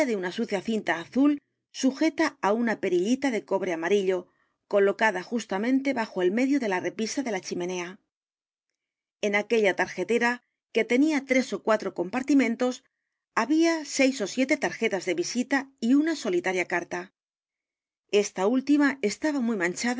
una sucia cinta azul sujeta á una perillita de cobre amarillo colocada justamente bajo el medio de la repisa de la chimenea en aquella tarjetera que tenía t r e s ó cuatro compartimentos había seis ó siete tarjetas de visita y una solitaria carta e s t a intima estaba muy manchada